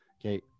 Okay